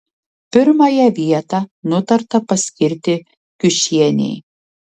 pirmąją vietą nutarta paskirti kiušienei